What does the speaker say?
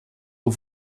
aux